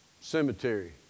cemetery